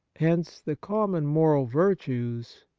hence the common moral virtues,